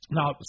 Now